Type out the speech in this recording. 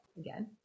again